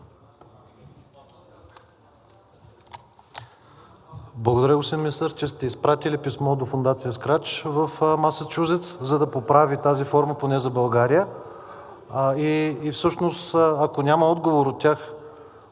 Благодаря, господин Министър, че сте изпратили писмо до фондация Scratch в Масачузетс, за да поправи тази форма поне за България. Всъщност, ако няма отговор от тях,